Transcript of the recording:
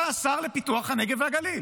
אתה השר לפיתוח הנגב והגליל.